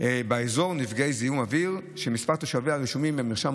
באזור נפגעי זיהום אוויר שמספר תושביה הרשומים במרשם